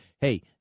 Hey